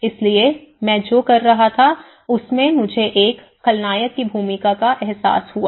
इसलिए मैं जो कर रहा था उसमें मुझे एक खलनायक की भूमिका का एहसास हुआ